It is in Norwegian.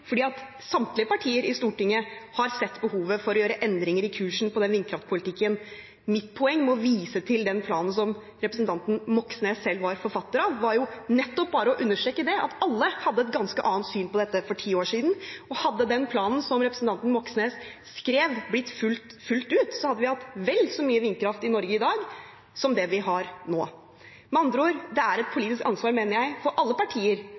fordi samtlige partier i Stortinget har sett behovet for å gjøre endringer i kursen på vindkraftpolitikken. Mitt poeng med å vise til planen som representanten Moxnes selv var forfatter av, var nettopp bare å understreke at alle hadde et ganske annet syn på dette for ti år siden. Hadde den planen som representanten Moxnes skrev, blitt fulgt fullt ut, hadde vi hatt vel så mye vindkraft i Norge i dag som det vi har nå. Med andre ord: Det er et politisk ansvar, mener jeg, for alle partier